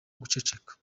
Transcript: guceceka